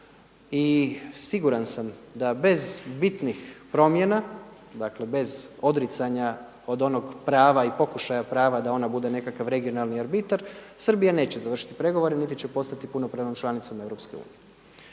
i siguran sam da bez bitnih promjena dakle bez odricanja od onog prava i pokušaja prava da ona bude nekakav regionalan arbitar Srbija neće završiti pregovore niti će postati punopravnom članicom EU.